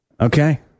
Okay